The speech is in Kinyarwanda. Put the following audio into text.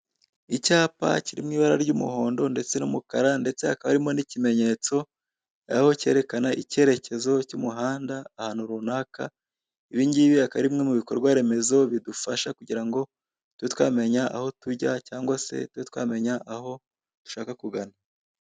Icyapa kiri mw'ibara ry'umuhondo ndetse n'umukara ndetse hakaba harimo n'ikimenyetso, aho cyerekana icyerekezo cy'umuhanda ahantu runaka ibingibi akaba ari bimwe mubikorwa remezo bidufasha kugira ngo tube twamenya aho tujya cyangwa se tube twamenya aho dushaka kugana.